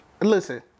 listen